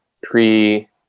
pre